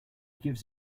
gives